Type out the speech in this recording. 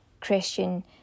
Christian